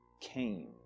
came